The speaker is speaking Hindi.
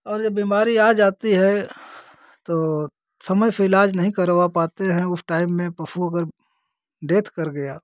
और जब बीमारी आ जाती है तो समय से इलाज नहीं करवा पाते हैं उस टाइम में पशु अगर देख कर गया